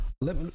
Let